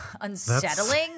unsettling